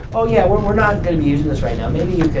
oh yeah, we're we're not kind of using this right now